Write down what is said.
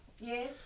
Yes